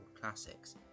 classics